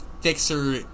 Fixer